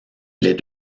les